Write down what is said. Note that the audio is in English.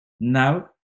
now